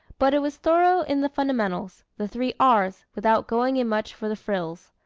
but it was thorough in the fundamentals, the three r's, without going in much for the frills.